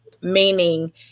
Meaning